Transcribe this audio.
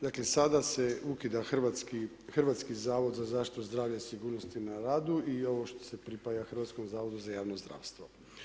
Dakle, sada se ukida Hrvatski zavod za zaštitu zdravlja i sigurnost na radu i ovo što se pripaja Hrvatskom zavodu za javno zdravstvo.